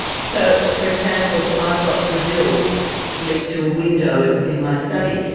so, for example, i've got brazil linked to a window in in my study.